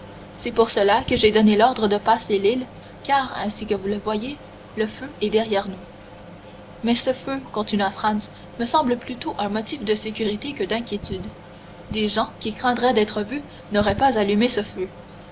c'est pour cela que j'ai donné l'ordre de passer l'île car ainsi que vous le voyez le feu est derrière nous mais ce feu continua franz me semble plutôt un motif de sécurité que d'inquiétude des gens qui craindraient d'être vus n'auraient pas allumé ce feu